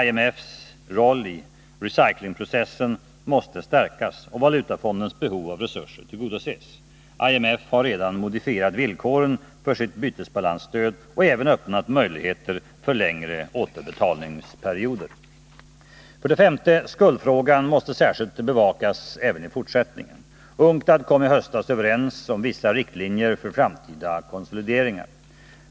IMF:s roll i recyclingprocessen måste stärkas och Valutafondens behov av resurser tillgodoses. IMF har redan modifierat villkoren för sitt bytesbalansstöd och även öppnat möjligheter för längre återbetalningsperioder. 5. Skuldfrågan måste särskilt bevakas även i fortsättningen. UNCTAD kom i höstas överens om vissa riktlinjer för framtida konsolideringar.